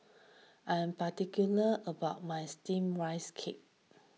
I am particular about my Steamed Rice Cake